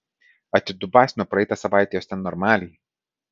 atidubasino praeitą savaitę juos ten normaliai